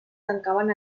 tancaven